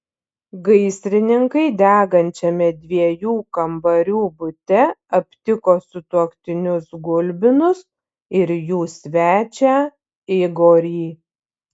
gaisrininkai degančiame dviejų kambarių bute aptiko sutuoktinius gulbinus ir jų svečią igorį